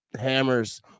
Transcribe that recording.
hammers